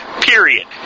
period